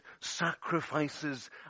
sacrifices